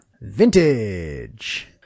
vintage